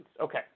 Okay